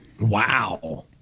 Wow